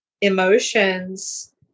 emotions